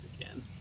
again